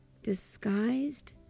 disguised